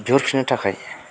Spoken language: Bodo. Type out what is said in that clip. बिहरफिनो थाखाय